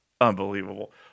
unbelievable